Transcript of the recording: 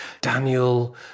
Daniel